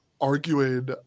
Arguing